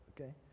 okay